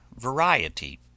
variety